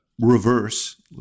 reverse